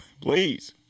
please